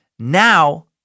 Now